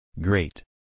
Great